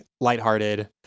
lighthearted